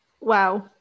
Wow